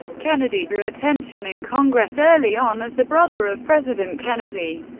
kennedy drew attention in congress early on as the brother of president kennedy,